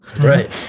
right